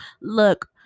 look